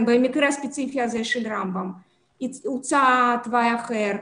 במקרה הספציפי הזה של רמב"ם הוצע תוואי אחר,